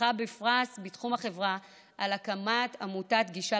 זכה בפרס בתחום החברה על הקמת עמותת גישה